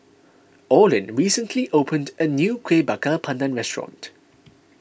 Orlin recently opened a new Kueh Bakar Pandan restaurant